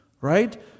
right